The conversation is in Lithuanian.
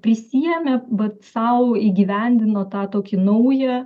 prisiėmė vat sau įgyvendino tą tokį naują